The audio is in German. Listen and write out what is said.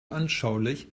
anschaulich